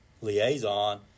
liaison